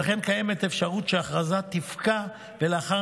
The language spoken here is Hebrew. וכן קיימת אפשרות שההכרזה תפקע ולאחר